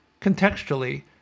contextually